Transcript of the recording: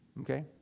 Okay